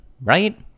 right